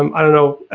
um i don't know.